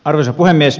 arvoisa puhemies